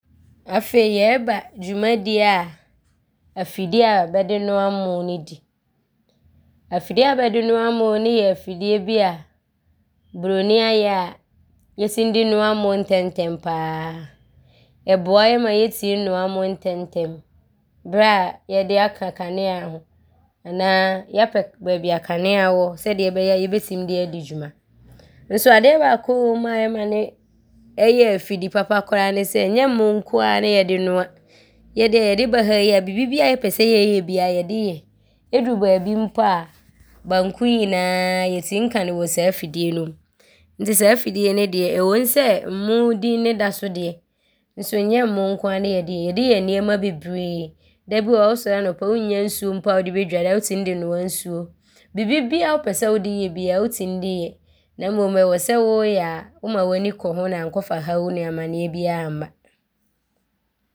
Afei yɛreba dwumadie a afidie a bɛde noa mmoo no di. Afidie a bɛde noa mmoo no yɛ afidie bi a buroni ayɛ a, yɛtim de noa mmoo ntɛmntɛm pa ara. Ɔboa yɛ ma yɛtim noa mmoo ntɛmntɛm berɛ a yɛde aka kanea ho anaa yɛapɛ baabi a kanea wɔ sɛdeɛ ɔbɛyɛ a yɛbɛtim de adi dwuma. Nso adeɛ baako wom a ɔma no yɛ afidie papa koraa ne sɛ, nyɛ mmoo nko ara ne yɛde noa. Yɛ yɛde ba ha yi a, bibibiaa yɛpɛ sɛ yɛyɛ biaa no yɛde yɛ. Ɔduru baabi mpo a, banku nyinaa yɛtim ka ne wɔ saa afidie no mu nti saa afidie no ɔwom sɛ mmoo din ne da so deɛ, nso nyɛ mmoo nko ara ne yɛde yɛ. Yɛde yɛ nnoɔma bebree. Da bi wɔ hɔ wosɔre anɔpa a, wonnya nsuo mpo a wode bɛdware a, wotim de noa nsuo. Bibibiaa a wopɛ sɛ wode yɛ biaa, wotim de yɛ na mmom ɔwɔ sɛ wɔɔyɛ a woma w’ani kɔ ho ne ankɔfa haw ne amanneɛ biaa amma.